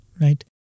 right